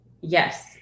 Yes